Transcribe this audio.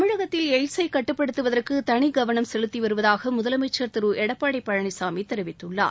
தமிழகத்தில் எய்ட்ஸை கட்டுப்படுத்துவதற்கு தனிக்கவனம் செலுத்தி வருவதாக முதலமைச்ச் திரு எடப்பாடி பழனிசாமி தெரிவித்துள்ளார்